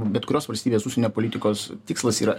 bet kurios valstybės užsienio politikos tikslas yra